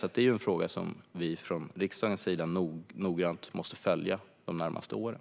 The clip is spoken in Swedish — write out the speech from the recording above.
Det är en fråga som vi i riksdagen måste följa noggrant de närmaste åren.